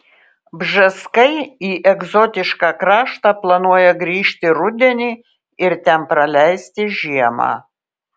bžeskai į egzotišką kraštą planuoja grįžti rudenį ir ten praleisti žiemą